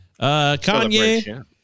Kanye